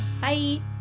Bye